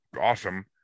awesome